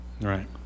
right